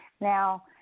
Now